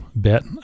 bit